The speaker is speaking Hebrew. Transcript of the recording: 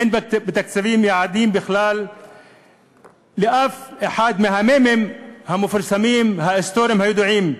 אין בתקציב יעדים לאף אחד מהמ"מים המפורסמים ההיסטוריים הידועים: